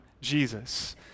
Jesus